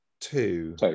Two